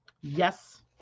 Yes